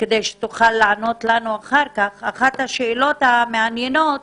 כדי שתוכל לענות לנו אחר כך אחת השאלות המעניינות